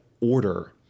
order